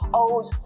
old